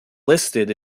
listed